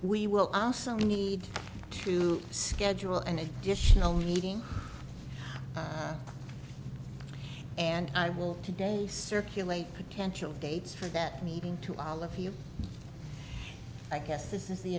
we will also need to schedule an additional meeting and i will today circulate potential dates for that meeting to all of you i guess this is the